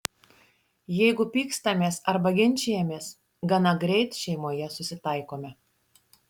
jeigu pykstamės arba ginčijamės gana greit šeimoje susitaikome